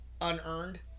unearned